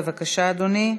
בבקשה, אדוני.